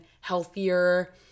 healthier